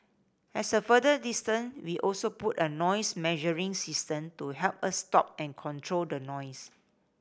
at a further distance we also put a noise measuring system to help us stop and control the noise